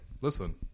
Listen